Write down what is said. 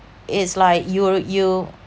it's like you're you